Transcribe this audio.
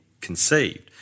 conceived